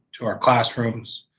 to our classrooms,